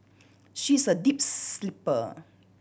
she's a deep sleeper